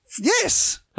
Yes